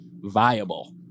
viable